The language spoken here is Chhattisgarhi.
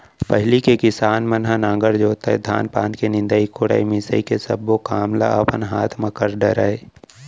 पहिली के किसान मन ह नांगर जोतय, धान पान के निंदई कोड़ई, मिंजई ये सब्बो काम ल अपने हाथ म कर डरय